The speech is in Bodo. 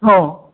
औ